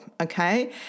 okay